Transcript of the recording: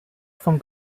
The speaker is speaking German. vom